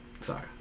Sorry